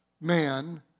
man